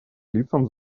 лицам